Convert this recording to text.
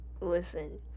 listen